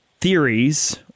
Theories